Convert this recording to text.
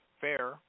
fair